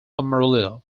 amarillo